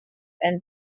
and